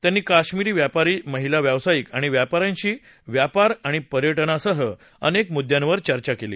त्यांनी कश्मीरी व्यापारी महिला व्यावसायिक आणि व्यापाऱ्यांशी व्यापार आणि पर्यटनासह अनेक मुद्द्यांवर चर्चा केली